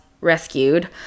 rescued